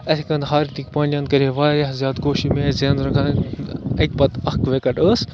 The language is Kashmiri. ہاردِک پانٛڈیَن کَرے واریاہ زیادٕ کوٗشِش اَکہِ پَتہٕ اَکھ وِکَٹ ٲس